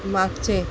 मागचे